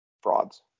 frauds